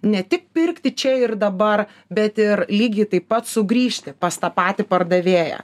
ne tik pirkti čia ir dabar bet ir lygiai taip pat sugrįžti pas tą patį pardavėją